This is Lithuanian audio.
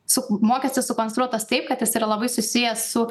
sakau mokestis sukonstruotas taip kad jis yra labai susijęs su